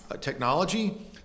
technology